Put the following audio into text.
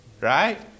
right